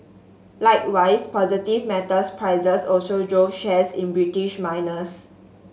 likewise positive metals prices also drove shares in British miners